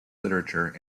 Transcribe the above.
literature